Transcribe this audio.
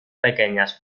pequeñas